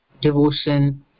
devotion